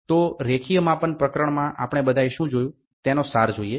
તો રેખીય માપન પ્રકરણમાં આપણે બધાએ શું જોયું તેનો સાર જોઇએ